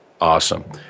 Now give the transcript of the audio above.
Awesome